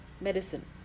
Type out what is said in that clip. medicine